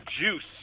Juice